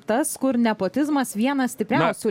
tas kur nepotizmas vienas stipriausių